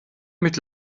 mit